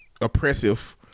oppressive